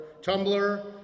Tumblr